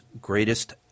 greatest